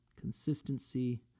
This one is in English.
Consistency